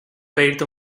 pedirte